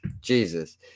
Jesus